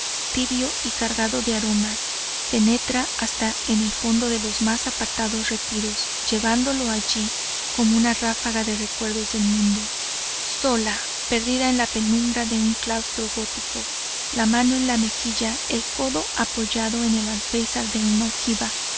tibio y cargado de aromas penetra hasta en el fondo de los más apartados retiros llevando allí como una ráfaga de recuerdos del mundo sola perdida en la penumbra de un claustro gótico la mano en la mejilla el codo apoyado en el alféizar de una ojiva